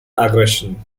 aggression